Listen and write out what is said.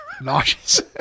Nauseous